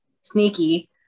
sneaky